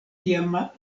tiama